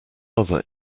other